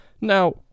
Now